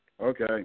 Okay